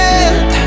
end